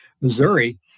Missouri